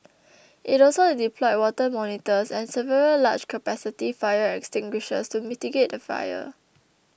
it also deployed water monitors and several large capacity fire extinguishers to mitigate the fire